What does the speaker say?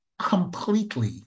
completely